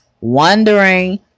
wondering